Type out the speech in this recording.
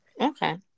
Okay